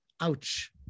Ouch